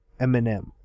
Eminem